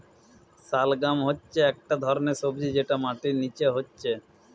শালগাম হচ্ছে একটা ধরণের সবজি যেটা মাটির নিচে হচ্ছে